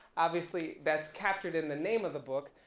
obviously that's captured in the name of the book,